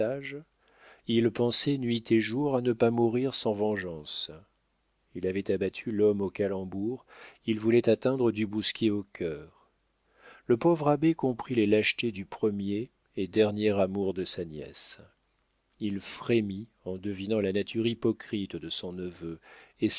il pensait nuit et jour à ne pas mourir sans vengeance il avait abattu l'homme aux calembours il voulait atteindre du bousquier au cœur le pauvre abbé comprit les lâchetés du premier et dernier amour de sa nièce il frémit en devinant la nature hypocrite de son neveu et